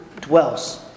dwells